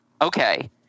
Okay